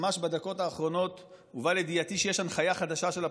ממש בדקות האחרונות הובא לידיעתי שיש הנחיה חדשה של הפרקליטות,